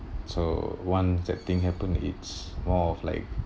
so once that thing happen it's more of like